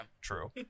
True